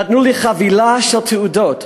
נתנו לי חבילה של תעודות,